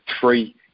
three